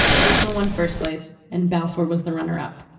herzel won first place and balfour was the runner up.